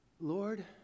Lord